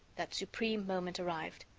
that supreme moment arrived.